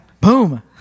Boom